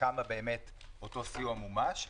בכמה באמת אותו סיוע מומש,